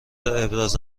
ابراز